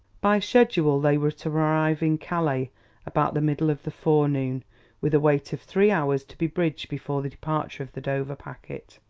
by schedule they were to arrive in calais about the middle of the forenoon, with a wait of three hours to be bridged before the departure of the dover packet.